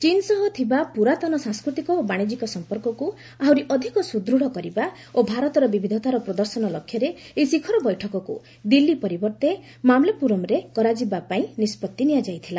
ଚୀନ୍ ସହ ଥିବା ପୁରାତନ ସାଂସ୍କୃତିକ ଓ ବାଶିଜ୍ୟିକ ସମ୍ପର୍କକୁ ଆହୁରି ଅଧିକ ସୁଦୃଢ଼ କରିବା ଓ ଭାରତର ବିବିଧତାର ପ୍ରଦର୍ଶନ ଲକ୍ଷ୍ୟରେ ଏହି ଶିଖର ବୈଠକକୁ ଦିଲ୍ଲୀ ପରିବର୍ତ୍ତେ ମାମ୍ଲାପୁରମ୍ରେ କରାଯିବା ପାଇଁ ନିଷ୍ପଭି ନିଆଯାଇଥିଲା